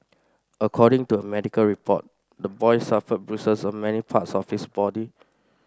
according to a medical report the boy suffered bruises on many parts of his body